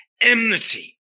enmity